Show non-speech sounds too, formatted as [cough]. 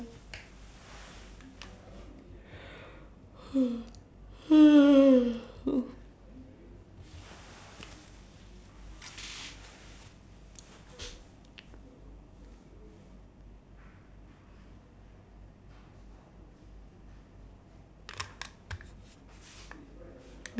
[noise]